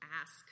ask